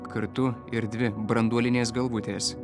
kartu ir dvi branduolinės galvutės